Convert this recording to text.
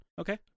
Okay